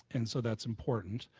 and so that's important,